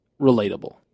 relatable